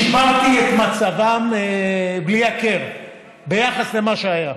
אני שיפרתי את מצבם בלי הכר ביחס למה שהיה,